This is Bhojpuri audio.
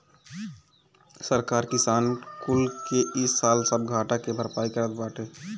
सरकार किसान कुल के इ साल सब घाटा के भरपाई करत बाटे